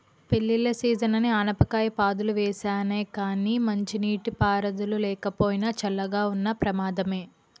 పెళ్ళిళ్ళ సీజనని ఆనపకాయ పాదులు వేసానే గానీ మంచినీటి పారుదల లేకపోయినా, చల్లగా ఉన్న ప్రమాదమే